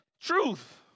Truth